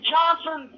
Johnson